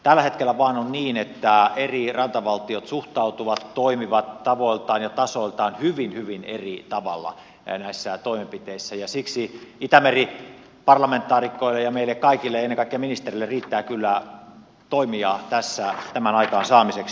tällä hetkellä vaan on niin että eri rantavaltiot suhtautuvat toimivat tavoiltaan ja tasoiltaan hyvin hyvin eri tavalla näissä toimenpiteissä ja siksi itämeri parlamentaarikoille ja meille kaikille ennen kaikkea ministerille riittää kyllä toimia tässä tämän aikaansaamiseksi